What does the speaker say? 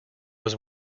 was